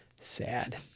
sad